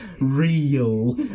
real